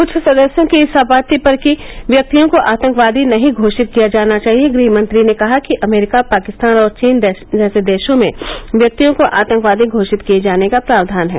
कुछ सदस्यों की इस आपत्ति पर कि व्यक्तियों को आंतकवादी नहीं घोषित किया जाना चाहिए गृह मंत्री ने कहा कि अमरीका पाकिस्तान और चीन जैसे देशों में व्यक्तियों को आंतकवादी घोषति किए जाने का प्रावधान है